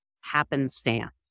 happenstance